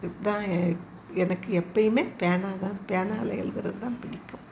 இதான் எ எனக்கு எப்பயுமே பேனாதான் பேனாவில எழுதுறதுதான் பிடிக்கும்